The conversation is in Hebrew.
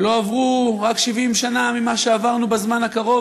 שלא עברו רק 70 שנה ממה שעברנו בעבר הקרוב